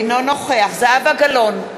אינו נוכח זהבה גלאון,